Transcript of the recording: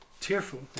Tearful